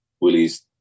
Willies